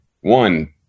One